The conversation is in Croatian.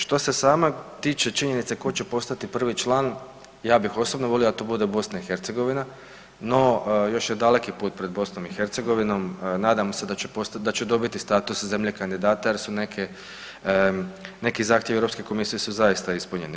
Što se same tiče činjenice ko će postati prvi član, ja bih osobno volio da to bude BiH no još je daleki put pred BiH, nadamo se da će dobiti status zemlje kandidata jer su neki zahtjevi Europske komisije su zaista ispunjeni.